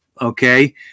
okay